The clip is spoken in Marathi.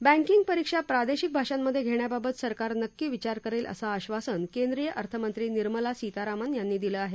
बँकींग परीक्षा प्रादेशिक भाषांमधे घेण्याबाबत सरकार नक्की विचार करेल असं आधासन केंद्रीय अर्थमंत्री निर्मला सीतारामन यांनी दिलं आहे